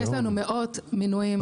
יש לנו מאות מינויים כל שנה.